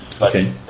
Okay